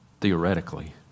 theoretically